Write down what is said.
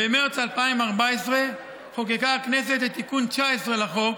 במרס 2014 חוקקה הכנסת את תיקון 19 לחוק,